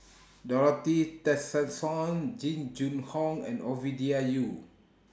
Dorothy Tessensohn Jing Jun Hong and Ovidia Yu